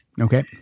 Okay